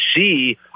see